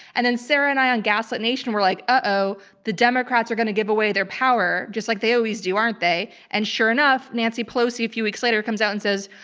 and then sarah and i on gaslit nation were like, uh-oh, the democrats are gonna give away their power just like they always do, aren't they? and sure enough, nancy pelosi a few weeks later comes out and says,